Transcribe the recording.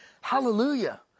Hallelujah